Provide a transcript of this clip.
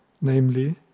Namely